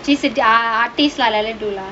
she said ya let them do lah